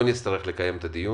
שלא נצטרך לקיים את הדיון,